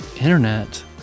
Internet